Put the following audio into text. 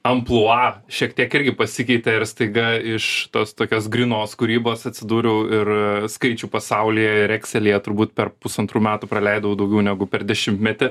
amplua šiek tiek irgi pasikeitė ir staiga iš tos tokios grynos kūrybos atsidūriau ir skaičių pasaulyje ir ekscelyje turbūt per pusantrų metų praleidau daugiau negu per dešimtmetį